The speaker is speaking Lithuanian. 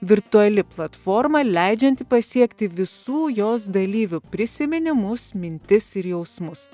virtuali platforma leidžianti pasiekti visų jos dalyvių prisiminimus mintis ir jausmus